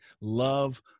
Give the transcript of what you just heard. love